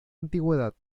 antigüedad